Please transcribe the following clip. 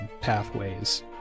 pathways